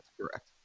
correct